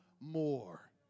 more